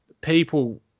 people